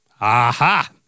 Aha